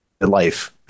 life